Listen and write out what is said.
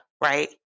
Right